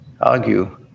argue